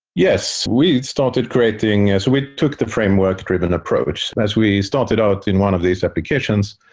yes. we started creating as we took the framework-driven approach. as we started out in one of these applications,